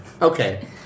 Okay